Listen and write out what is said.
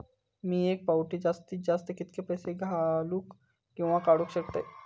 मी एका फाउटी जास्तीत जास्त कितके पैसे घालूक किवा काडूक शकतय?